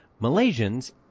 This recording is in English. malaysians